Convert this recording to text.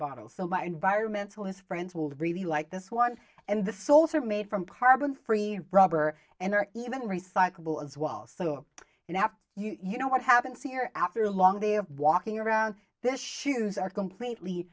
bottles so my environmental his friends will really like this one and the soul so made from carbon free rubber and even recyclable as well so now you know what happens here after a long day of walking around the shoes are completely